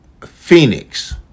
Phoenix